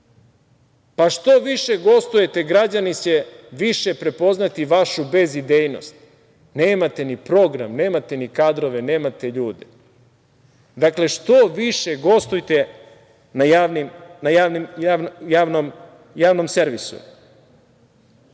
Što više gostujete građani će više prepoznati vašu bezidejnost. Nemate ni program, nemate ni kadrove, nemate ljude. Dakle, što više gostujte na Javnom servisu. Mi